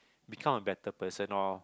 become a better person or